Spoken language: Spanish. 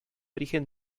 origen